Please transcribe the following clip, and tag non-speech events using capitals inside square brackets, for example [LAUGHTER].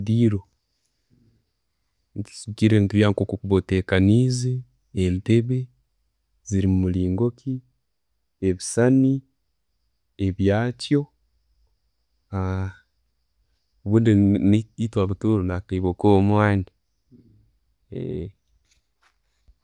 [HESITATION] Nekisigikira enju yaawe nkokuuba ogitekaniize, entebe ziri mulingo ki, ebisaani, ebyakyo, [HESITATION] orbundi eitwe abatooro, nakaibo ko mwani. [HESITATION] endiro.